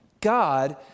God